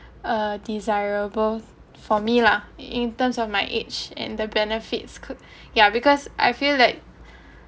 uh desirable for me lah in terms of my age and the benefits could yeah because I feel like